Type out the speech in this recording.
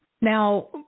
Now